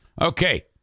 Okay